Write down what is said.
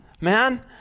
man